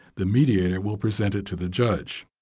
the mediator will present it to the judge.